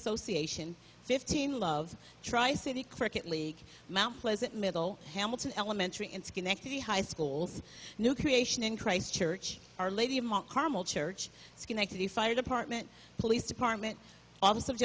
association fifteen love tri city cricket league mount pleasant middle hamilton elementary in schenectady high school's new creation in christ church our lady of mount carmel church schenectady fire department police department